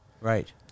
right